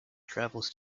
travels